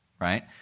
right